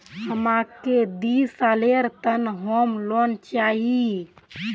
हमाक दी सालेर त न होम लोन चाहिए